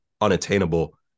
unattainable